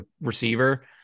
receiver